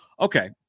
Okay